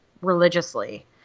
religiously